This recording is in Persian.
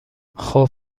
خوب